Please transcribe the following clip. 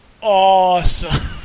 awesome